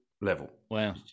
level